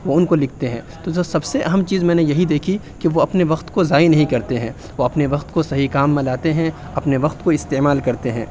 وہ اُن کو لکھتے ہیں تو جو سب سے اہم چیز میں نے یہی دیکھی کہ وہ اپنے وقت کو ضائع نہیں کرتے ہیں وہ اپنے وقت کو صحیح کام میں لاتے ہیں اپنے وقت کو استعمال کرتے ہیں